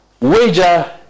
Wager